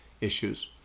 issues